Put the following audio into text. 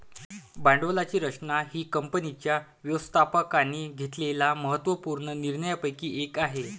भांडवलाची रचना ही कंपनीच्या व्यवस्थापकाने घेतलेल्या महत्त्व पूर्ण निर्णयांपैकी एक आहे